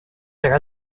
there